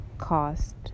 cost